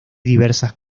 diversas